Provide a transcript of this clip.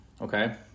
okay